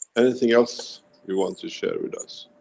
anything else you want to share with us?